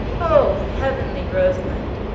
oh, heavenly rosalind!